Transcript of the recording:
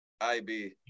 IB